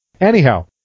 Anyhow